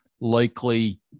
likely